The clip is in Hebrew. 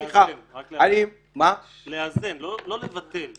לאזן, לא לבטל.